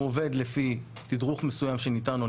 הוא עובד לפי תדרוך מסוים שניתן לו,